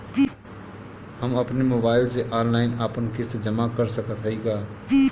हम अपने मोबाइल से ऑनलाइन आपन किस्त जमा कर सकत हई का?